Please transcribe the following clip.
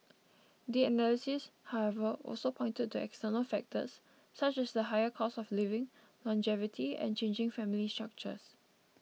the analysts however also pointed to external factors such as the higher cost of living longevity and changing family structures